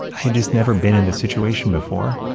i just never been in the situation before,